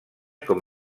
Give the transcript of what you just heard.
com